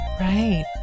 right